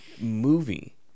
movie